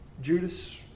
Judas